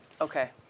Okay